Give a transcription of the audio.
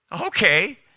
Okay